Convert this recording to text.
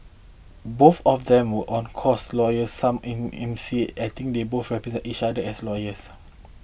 both of them were on course lawyers some in eminence I think they both represent each other as lawyers